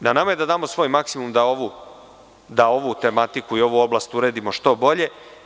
Dakle, na nama je da damo svoj maksimum da ovu tematiku i ovu oblast uredimo što bolje.